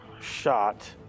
shot